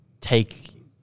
take